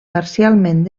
parcialment